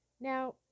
Now